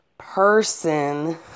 person